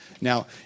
Now